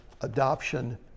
adoption